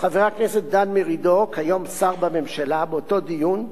חבר הכנסת דן מרידור, כיום שר בממשלה, באותו דיון,